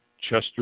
Chester